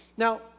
Now